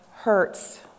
hurts